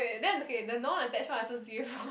wait wait wait then okay the non attach I also see